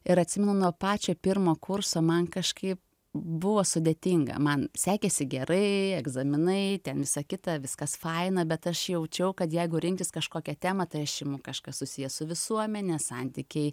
ir atsimenu nuo pačio pirmo kurso man kažkaip buvo sudėtinga man sekėsi gerai egzaminai ten visa kita viskas faina bet aš jaučiau kad jeigu rinktis kažkokią temą tai aš imu kažkas susiję su visuomene santykiai